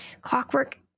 Clockwork